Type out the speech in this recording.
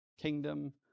kingdom